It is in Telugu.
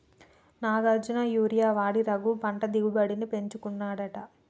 నాగార్జున యూరియా వాడి రఘు పంట దిగుబడిని పెంచుకున్నాడట